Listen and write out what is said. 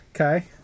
Okay